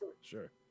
Sure